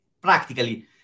practically